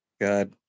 God